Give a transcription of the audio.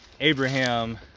Abraham